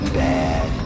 bad